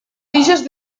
tiges